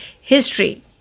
history